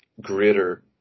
greater